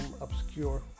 obscure